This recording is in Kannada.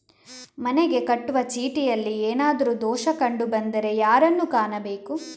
ಮನೆಗೆ ಕಟ್ಟುವ ಚೀಟಿಯಲ್ಲಿ ಏನಾದ್ರು ದೋಷ ಕಂಡು ಬಂದರೆ ಯಾರನ್ನು ಕಾಣಬೇಕು?